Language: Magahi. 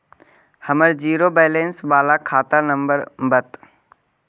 हमर जिरो वैलेनश बाला खाता नम्बर बत?